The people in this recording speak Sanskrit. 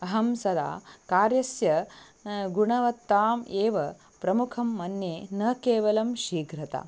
अहं सदा कार्यस्य गुणवत्ताम् एव प्रमुखं मन्ये न केवलं शीघ्रता